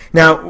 now